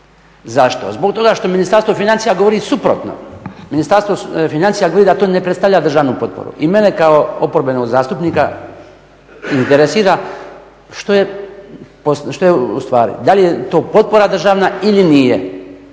Zašto? Zbog toga što Ministarstvo financija govori suprotno. Ministarstvo financija govori da to ne predstavlja državnu potporu i mene kao oporbenog zastupnika interesira što je ustvari? Da li je to potpora državna ili nije?